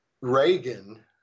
Reagan